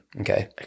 Okay